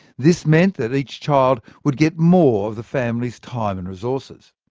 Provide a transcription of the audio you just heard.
this meant that each child would get more of the family's time and resources.